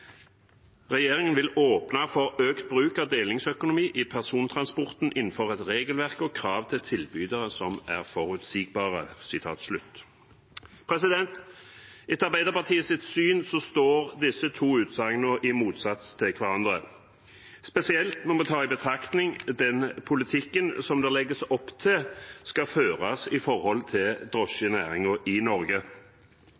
vil åpne for økt bruk av delingsøkonomi i persontransporten innenfor et regelverk og krav til tilbyderne som er forutsigbare.» Etter Arbeiderpartiets syn står disse to utsagnene i motsats til hverandre, spesielt når vi tar i betraktning den politikken som det legges opp til skal føres for drosjenæringen i